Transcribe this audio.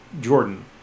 Jordan